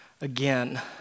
again